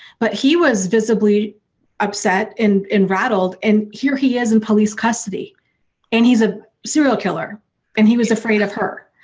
but he was visibly upset and rattled and here he is in police custody and he's a serial killer and he was afraid of her.